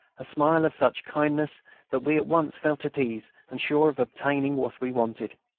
a smile of such kindness that we at once felt at ease and sure of obtaining what we wanted.